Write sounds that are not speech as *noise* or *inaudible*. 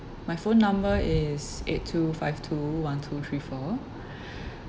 my phone number is eight two five two one two three four *breath*